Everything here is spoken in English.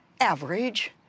average